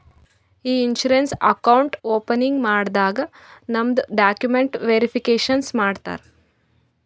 E insurance account opening ಮಾಡಾಗ್ ನಮ್ದು documents verification ಮಾಡ್ತಾರ